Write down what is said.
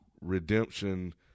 Redemption